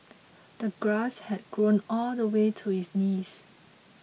the grass had grown all the way to his knees